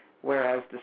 whereas